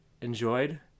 enjoyed